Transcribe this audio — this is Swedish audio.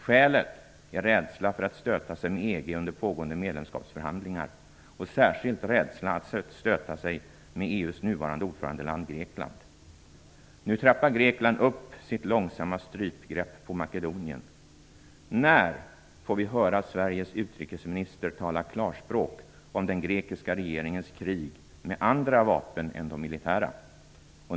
Skälet är rädsla för att stöta sig med EG under pågående medlemskapsförhandlingar och särskilt rädsla att stöta sig med EU:s nuvarande ordförandeland Nu trappar Grekland upp sitt långsamma strypgrepp på Makedonien. När får vi höra Sveriges utrikesminister tala klarspråk om den grekiska regeringens krig med andra vapen än de militära?